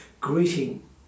greeting